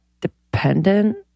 dependent